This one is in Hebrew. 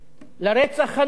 לרצח הנורא